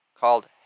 called